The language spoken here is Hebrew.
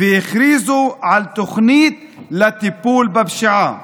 והכריזו על תוכנית טיפול בפשיעה.